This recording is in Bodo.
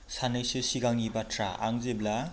साननैसो सिगांनि बाथ्रा आं जेब्ला